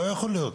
לא יכול להיות.